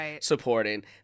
supporting